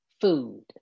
food